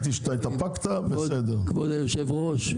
כבוד היושב-ראש,